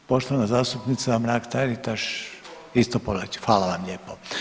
Ovaj poštovana zastupnica Mrak-Taritaš isto povlači, hvala vam lijepo.